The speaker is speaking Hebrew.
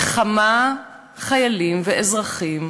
וכמה חיילים ואזרחים